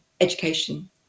education